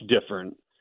different